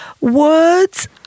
words